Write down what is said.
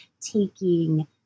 taking